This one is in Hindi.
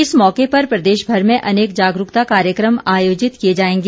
इस मौके पर प्रदेश भर में अनेक जागरूकता कार्यक्रम आयोजित किये जाएंगे